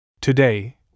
Today